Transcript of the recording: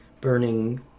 burning